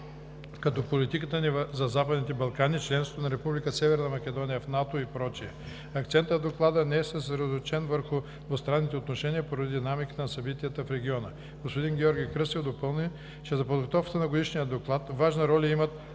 както политиката ни за Западните Балкани, членството на Република Северна Македония в НАТО и прочее. Акцентът в Доклада не е съсредоточен върху двустранните отношения поради динамиката на събитията в региона. Господин Георги Кръстев допълни, че за подготовката на Годишния доклад важна роля имат